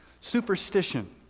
superstition